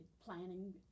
planning